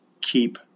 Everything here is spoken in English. keep